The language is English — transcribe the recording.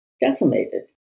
decimated